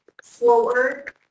forward